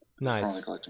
nice